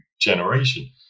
generation